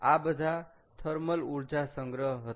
આ બધા થર્મલ ઊર્જા સંગ્રહ હતા